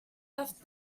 left